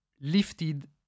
lifted